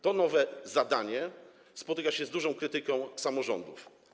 To nowe zadanie spotyka się z dużą krytyką samorządów.